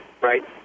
right